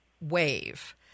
wave